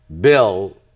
bill